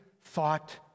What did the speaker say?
thought